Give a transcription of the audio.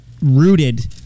rooted